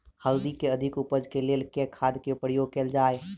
हल्दी केँ अधिक उपज केँ लेल केँ खाद केँ प्रयोग कैल जाय?